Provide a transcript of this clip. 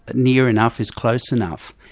near enough is close enough.